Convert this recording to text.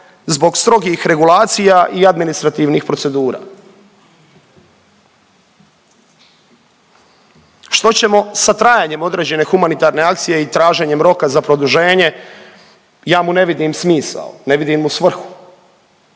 zbog strogih regulacija i administrativnih procedura? Što ćemo sa trajanjem određene humanitarne akcije i traženjem roka za produženje, ja mu ne vidim smisao, ne vidim mu svrhu,